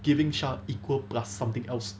giving shah equal plus something else